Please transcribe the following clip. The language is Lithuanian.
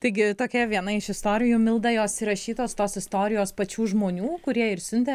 taigi tokia viena iš istorijų milda jos įrašytos tos istorijos pačių žmonių kurie ir siuntė